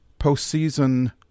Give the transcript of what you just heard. postseason